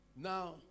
Now